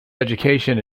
education